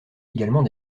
également